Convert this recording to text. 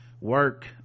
work